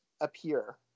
appear